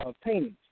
paintings